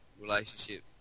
relationship